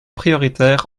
prioritaires